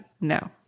no